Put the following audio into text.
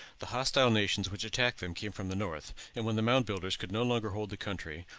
the hostile nations which attacked them came from the north and when the mound builders could no longer hold the country,